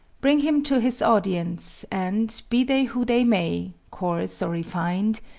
bring him to his audience, and, be they who they may coarse or refined,